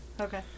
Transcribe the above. okay